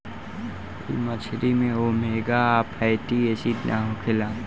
इ मछरी में ओमेगा आ फैटी एसिड ना होखेला